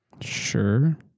Sure